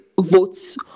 votes